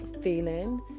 feeling